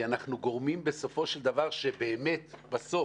אנחנו גורמים בסופו של דבר שבאמת בסוף,